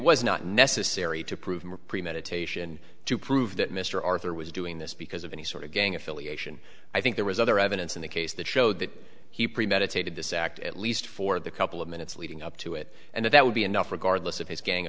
was not necessary to prove premeditation to prove that mr arthur was doing this because of any sort of gang affiliation i think there was other evidence in the case that showed that he premeditated this act at least for the couple of minutes leading up to it and that would be enough regardless of his gang